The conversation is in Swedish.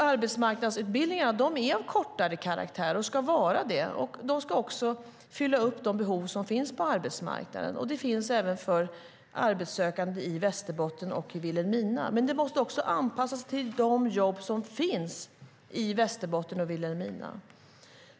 Arbetsmarknadsutbildningarna är av kortare karaktär och ska vara det. De ska också fylla de behov som finns på arbetsmarknaden, och de finns även för arbetssökande i Västerbotten och Vilhelmina. Men de måste också anpassas till de jobb som finns i Västerbotten och Vilhelmina.